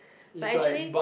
but actually